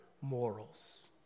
morals